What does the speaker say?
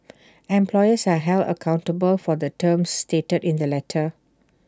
employers are held accountable for the terms stated in the letter